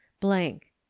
blank